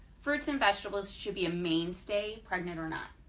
fruits and vegetables should be a mainstay pregnant or not,